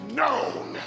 known